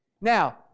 Now